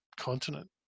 continent